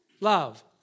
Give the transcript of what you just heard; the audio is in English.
love